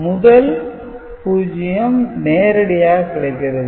முதல் 0 நேரடியாக கிடைக்கிறது